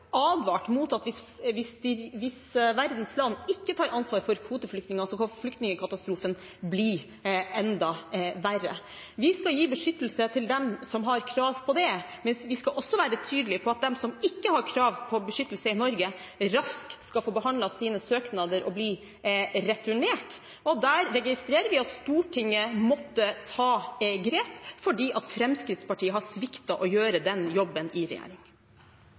advart om at hvis verdens land ikke tar ansvar for kvoteflyktninger, kan flyktningkatastrofen bli enda verre. Vi skal gi beskyttelse til dem som har krav på det, men vi skal også være tydelige på at de som ikke har krav på beskyttelse i Norge, raskt skal få behandlet sine søknader og bli returnert. Der registrerer vi at Stortinget måtte ta grep fordi Fremskrittspartiet har sviktet i å gjøre den jobben i regjering.